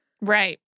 Right